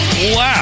Wow